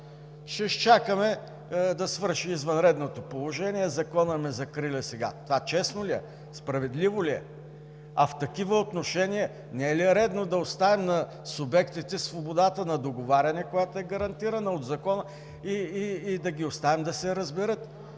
ще изчакаме да свърши извънредното положение, законът ме закриля сега. Това честно ли е, справедливо ли е? А в такива отношения не е ли редно да оставим на субектите свободата на договаряне, която е гарантирана от закона, и да ги оставим да се разберат?